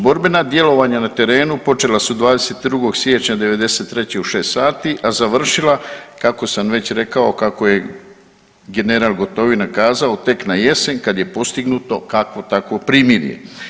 Borbena djelovanja na terenu počela su 22. siječnja '93. u šest sati, a za završila kako sam već rekao kako je general Gotovina kazao tek na jesen kad je postignuto kakvo takvo primirje.